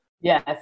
Yes